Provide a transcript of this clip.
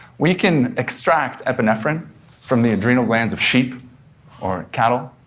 we can extract epinephrine from the adrenal glands of sheep or cattle,